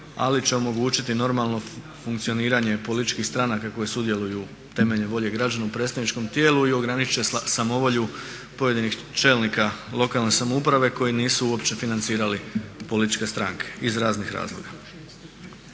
ali će omogućiti normalno funkcioniranje političkih stranaka koje sudjeluju temeljem volje građana u predstavničkom tijelu i ograniče samovolju pojedinih čelnika lokalne samouprave koji nisu uopće financirali političke stranke iz raznih razloga.